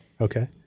Okay